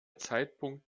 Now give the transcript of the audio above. zeitpunkt